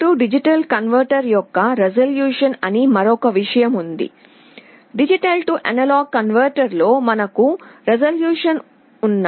A D converter యొక్క resolution అని మరొక విషయం ఉంది D A కన్వర్టర్లో మనకు రిజల్యూషన్ ఉన్న